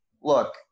look